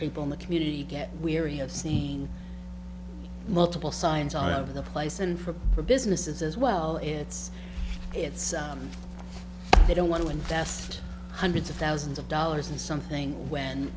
people in the community get weary of see multiple signs all over the place and for for businesses as well it's it's sound they don't want to invest hundreds of thousands of dollars in something when